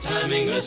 Timing